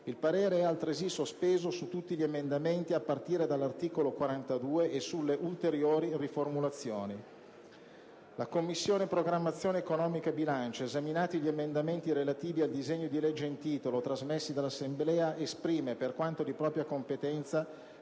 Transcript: Il parere è altresì sospeso su tutti gli emendamenti a partire dall'articolo 42 e sulle ulteriori riformulazioni». «La Commissione programmazione economica, bilancio, esaminati gli emendamenti relativi al disegno di legge in titolo, trasmessi dall'Assemblea, esprime, per quanto di propria competenza,